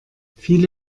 viele